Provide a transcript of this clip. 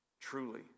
truly